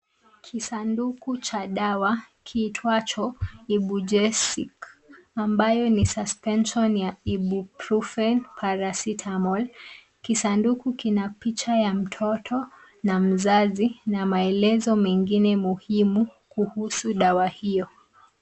Kisanduku cha dawa kiitwacho Ibugesic ambayo ni suspension ya Ibuprofen paracetamol kisanduku kina picha ya mtoto na mazazi na maelezo mengine muhimu kuhusu dawa hiyo.